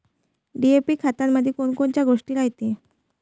DAP खतामंदी कोनकोनच्या गोष्टी रायते?